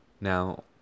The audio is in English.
Now